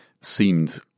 seemed